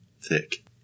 thick